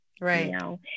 right